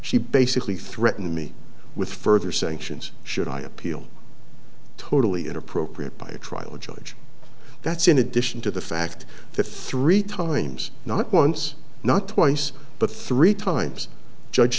she basically threatened me with further sanctions should i appeal totally inappropriate by a trial judge that's in addition to the fact that three times not once not twice but three times judge